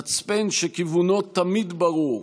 מצפן שכיוונו תמיד ברור,